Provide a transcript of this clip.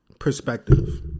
perspective